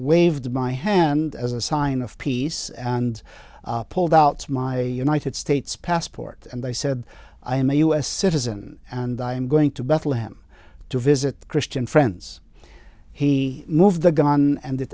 waved my hand as a sign of peace and pulled out my united states passport and they said i am a u s citizen and i am going to bethlehem to visit christian friends he moved the gun and